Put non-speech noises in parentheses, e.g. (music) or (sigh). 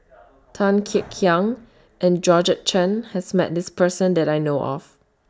(noise) Tan Kek Hiang and Georgette Chen has Met This Person that I know of